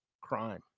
crime